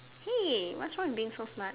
hey what's wrong with being so smart